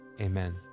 amen